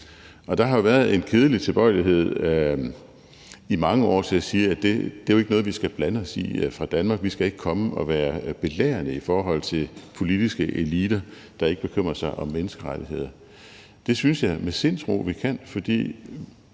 år været en kedelig tilbøjelighed til at sige, at det ikke er noget, vi skal blande os i fra Danmarks side, at vi ikke skal komme og være belærende i forhold til politiske eliter, der ikke bekymrer sig om menneskerettigheder. Det synes jeg med sindsro vi kan. For